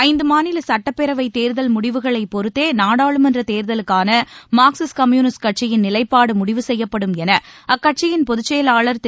ஐந்துமாநிலசட்டப்பேரவைத் தேர்தல் பொறுத்தே நாடாளுமன்றத் தேர்தலுக்கானமார்க்சிஸ்ட் கம்யூனிஸ்ட் கட்சியின் நிலைப்பாடுமுடிவு செய்யப்படும் எனஅக்கட்சியின் பொதுச் செயலாளர் திரு